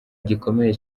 gikomeye